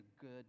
good